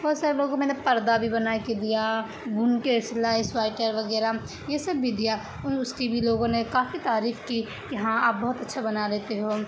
بہت سارے لوگوں میں نے پردہ بھی بنا کے دیا بن کے سلائی سوئیٹر وغیرہ یہ سب بھی دیا اور اس کی بھی لوگوں نے کافی تعریف کی کہ ہاں آپ بہت اچھا بنا لیتے ہو